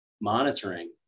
monitoring